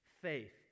faith